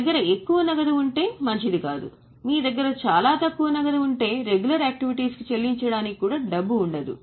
మీ దగ్గర ఎక్కువ నగదు ఉంటే మంచిది కాదు మీ దగ్గర చాలా తక్కువ నగదు ఉంటే రెగ్యులర్ యాక్టివిటీస్ చెల్లించడానికి కూడా డబ్బు ఉండదు